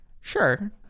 Sure